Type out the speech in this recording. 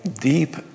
deep